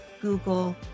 Google